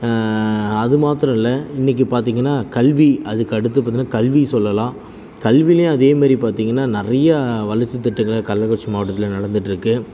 அது மாத்திரம் இல்லை இன்னைக்கு பார்த்திங்கன்னா கல்வி அதுக்கு அடுத்து பார்த்திங்கன்னா கல்வி சொல்லலாம் கல்விலையும் அதே மாதிரி பார்த்திங்கன்னா நிறையா வளர்ச்சி திட்டங்களை கள்ளக்குறிச்சி மாவட்டத்தில் நடந்துகிட்டு இருக்கு